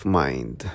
mind